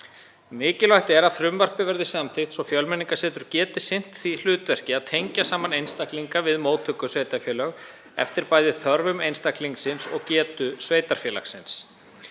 Mikilvægt er að frumvarpið verði samþykkt svo Fjölmenningarsetur geti sinnt því hlutverki að tengja saman einstaklinga við móttökusveitarfélög eftir bæði þörfum einstaklingsins og getu sveitarfélagsins.